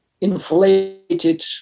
inflated